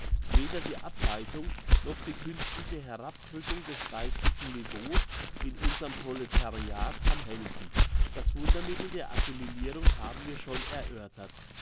weder die ableitung noch die künstliche herabdrückung des geistigen niveaus in unserem proletariat kann helfen das wundermittel der assimilirung haben wir schon erörtert